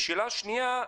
השאלה השניה היא,